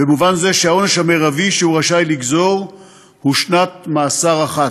במובן זה שהעונש המרבי שהוא רשאי לגזור הוא שנת מאסר אחת.